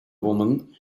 woman